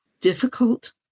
difficult